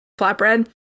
flatbread